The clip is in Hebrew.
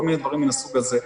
בכל מיני דברים מן הסוג הזה.